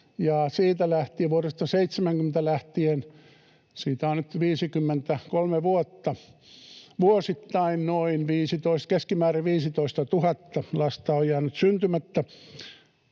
vuodesta 1970 lähtien — siitä on nyt 53 vuotta — vuosittain noin keskimäärin 15 000 lasta on jäänyt syntymättä